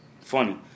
Funny